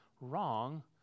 wrong